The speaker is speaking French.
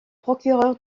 procureur